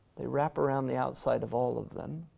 they wrap around the outside of all of them.